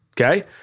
Okay